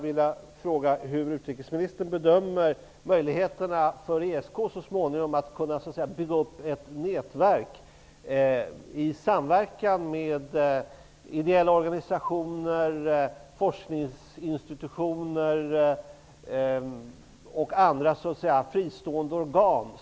Hur bedömer utrikesministern ESK:s möjligheter att så småningom bygga upp ett nätverk i samverkan med ideella organisationer, forskningsinstitutioner och andra fristående organ?